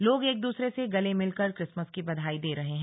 लोग एक दूसरे से गले मिलकर क्रिसमस की बधाई दे रहे हैं